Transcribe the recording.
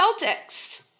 Celtics